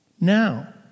Now